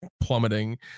plummeting